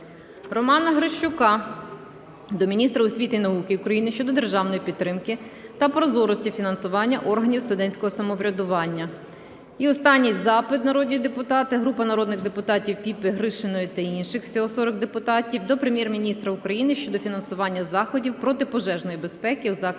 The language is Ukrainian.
Романа Грищука до міністра освіти і науки України щодо державної підтримки та прозорості фінансування органів студентського самоврядування. І останній запит, народні депутати. Групи народних депутатів (Піпи, Гришиної та інших. Всього 40 депутатів) до Прем'єр-міністра України щодо фінансування заходів протипожежної безпеки у закладах